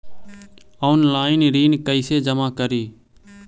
Online ऋण कैसे जमा करी?